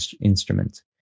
instrument